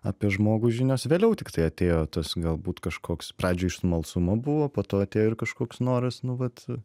apie žmogų žinios vėliau tiktai atėjo tas galbūt kažkoks pradžioj iš smalsumu buvo po to atėjo ir kažkoks noras nu vat